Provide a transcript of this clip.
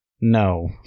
No